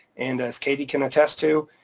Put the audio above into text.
and as katie can attest to,